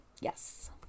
Yes